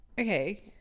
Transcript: okay